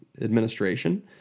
administration